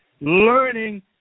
learning